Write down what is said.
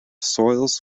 soils